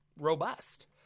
robust